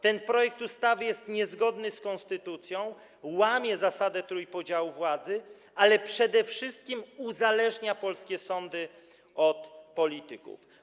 Ten projekt ustawy jest niezgodny z konstytucją, łamie zasadę trójpodziału władzy, a przede wszystkim uzależnia polskie sądy od polityków.